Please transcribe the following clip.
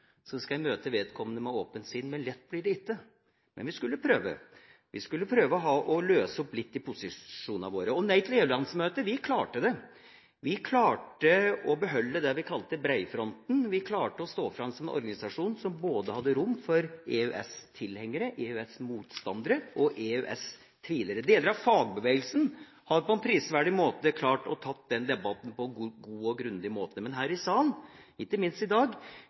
skal jeg møte vedkommende med åpent sinn. Men lett blir det ikke. Men vi skulle prøve. Vi skulle prøve å løse opp litt i posisjonene våre. Og Nei til EU-landsmøtet klarte det. Vi klarte å beholde det vi kalte «breifronten». Vi klarte å stå fram som en organisasjon som hadde rom for både EØS-tilhengere, EØS-motstandere og EØS-tvilere. Deler av fagbevegelsen har prisverdig klart å ta den debatten på en god og grundig måte, men her i salen – ikke minst i dag